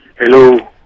Hello